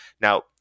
Now